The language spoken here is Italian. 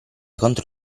contro